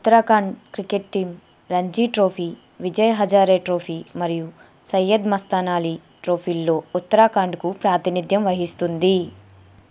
Uttarakhand cricket team Ranji trophy Vijay Hazare trophy మరియు సయ్యద్ మస్తాన్ అలీ ట్రోఫీల్లో ఉత్తరాఖండ్కు ప్రాతినిధ్యం వహిస్తుంది